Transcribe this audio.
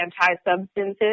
anti-substances